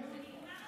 תודה.